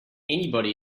anybody